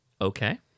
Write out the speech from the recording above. Okay